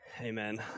Amen